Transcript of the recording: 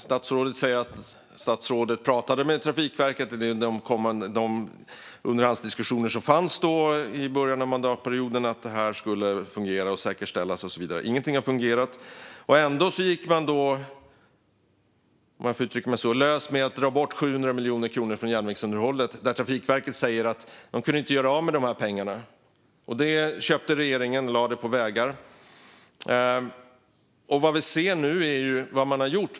Statsrådet sa att han hade underhandsdiskussioner med Trafikverket i början av mandatperioden om att detta skulle fungera och säkerställas. Ingenting har fungerat. Ändå gick de lös med, om jag får uttrycka mig så, att dra bort 700 miljoner kronor från järnvägsunderhållet. Trafikverket sa att de inte kunde göra av med dessa pengar. Det köpte regeringen, och lade pengarna på vägar.